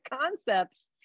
concepts